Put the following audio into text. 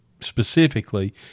specifically